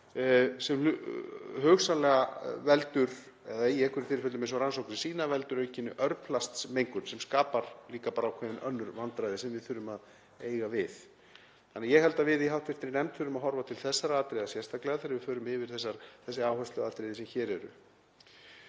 virðulegi forseti, sem í einhverjum tilfellum, eins og rannsóknir sýna, veldur aukinni örplastmengun sem skapar líka bara ákveðin önnur vandræði sem við þurfum að eiga við. Þannig að ég held að við í hv. nefnd þurfum að horfa til þessara atriða sérstaklega þegar við förum yfir þessi áhersluatriði sem hér eru.